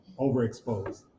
overexposed